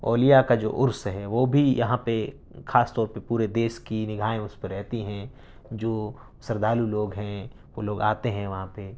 اولیا کا جو عرس ہے وہ بھی یہاں پہ خاص طور پہ پورے دیس کی نگاہیں اس پہ رہتی ہیں جو سردھالو لوگ ہیں وہ لوگ آتے ہیں وہاں پہ